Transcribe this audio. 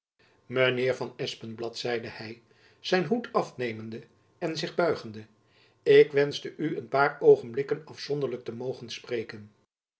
heer van espenblad zeide hy zijn hoed afnemende en zich buigende ik wenschte u een paar oogenblikken afzonderlijk te mogen spreken